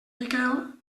miquel